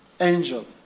angel